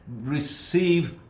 receive